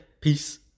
Peace